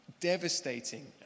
devastating